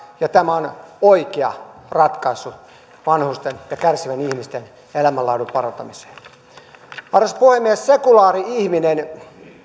ja tämä on oikea ratkaisu vanhusten ja kärsivien ihmisten elämänlaadun parantamiseen arvoisa puhemies sekulaari ihminen